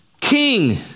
King